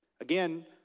Again